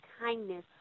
kindness